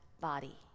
body